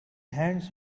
hands